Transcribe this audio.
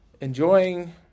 enjoying